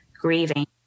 grieving